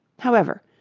however,